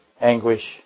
anguish